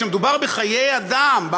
כשמדובר בחיי אדם,